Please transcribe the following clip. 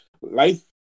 life